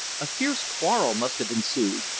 a fierce quarrel must have ensued,